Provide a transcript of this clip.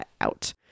out